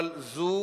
אבל זו